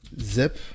zip